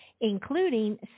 including